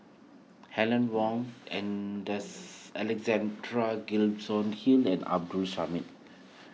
Helen Wong and Alexander Gibson Hill and Abdul Samad